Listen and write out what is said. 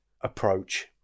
approach